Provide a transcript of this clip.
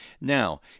Now